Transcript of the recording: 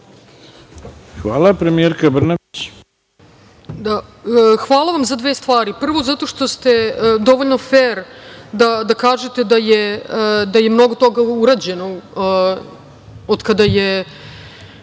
**Ana Brnabić** Hvala vam za dve stvari. Prvo zato što ste dovoljno fer da kažete da je mnogo toga urađeno od kada je